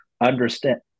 Understand